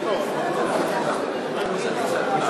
בבקשה.